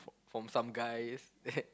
from some guys that